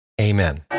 Amen